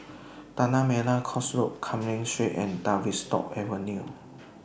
Tanah Merah Coast Road Cumming Street and Tavistock Avenue